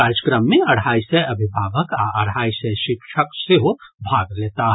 कार्यक्रम मे अढ़ाई सय अभिभावक आ अढ़ाई सय शिक्षक सेहो भाग लेताह